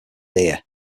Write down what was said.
deer